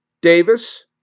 Davis